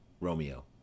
Romeo